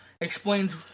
explains